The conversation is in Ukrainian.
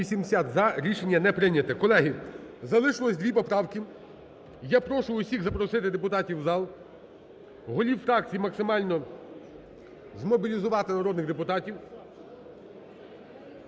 За-80 Рішення не прийнято. Колеги, залишилося дві поправки. Я прошу всіх запросити депутатів в зал, голів фракцій максимально змобілізувати народних депутатів.